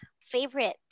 favorite